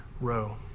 row